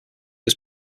was